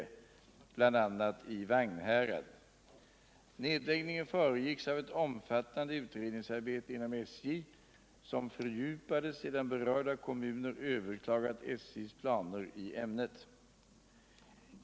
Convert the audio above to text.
Nedläggningen föregicks av ett omfattande utredningsarbete inom SJ, som fördjupades sedan berörda kommuner överklagat SJ:s planer i ämnet.